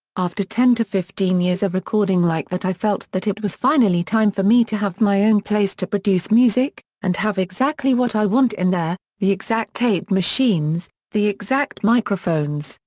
after ten to fifteen years of recording like that i felt that it was finally time for me to have my own place to produce music, and have exactly what i want in there the exact tape machines, the exact microphones,